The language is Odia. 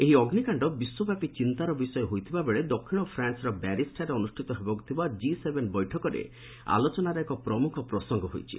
ଏହି ଅଗ୍ନିକାଣ୍ଡ ବିଶ୍ୱବ୍ୟାପୀ ଚିନ୍ତାର ବିଷୟ ହୋଇଥିବା ବେଳେ ଦକ୍ଷିଣ ଫ୍ରାନ୍ସର ବାରିକ୍ଠାରେ ଅନୁଷ୍ଠିତ ହେବାକୁ ଥିବା ଜି ସେଭେନ୍ ବୈଠକରେ ଆଲୋଚନାର ଏକ ପ୍ରମୁଖ ପ୍ରସଙ୍ଗ ହୋଇଛି